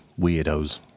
weirdos